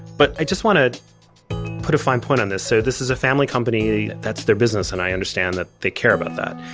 but i just wanna put a fine point on this so this is a family company, that's their business and i understand that they care about that,